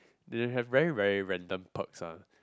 they have very very random perks [one]